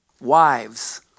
Wives